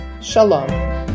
shalom